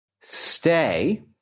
Stay